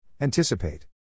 Anticipate